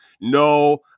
No